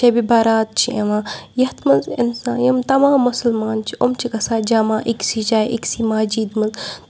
شبہِ بَرات چھِ یِوان یَتھ منٛز اِنسان یِم تَمام مُسلمان چھِ یِم چھِ گژھان جمع أکسٕے جایہِ أکسٕے مسجِد منٛز